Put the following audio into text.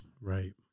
Right